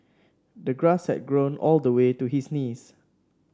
the grass had grown all the way to his knees